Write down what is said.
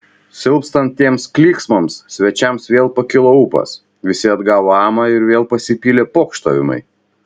silpstant tiems klyksmams svečiams vėl pakilo ūpas visi atgavo amą ir vėl pasipylė pokštavimai